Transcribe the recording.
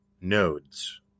nodes